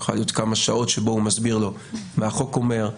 צריכה להיות כמה שעות שבה הוא מסביר לו מה החוק אומר,